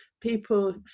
people